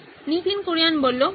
নীতিন কুরিয়ান প্রয়োগ